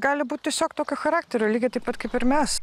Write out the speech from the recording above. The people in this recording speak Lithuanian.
gali būt tiesiog tokio charakterio lygiai taip pat kaip ir mes